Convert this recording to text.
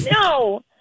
No